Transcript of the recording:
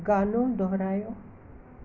गानो दुहिरायो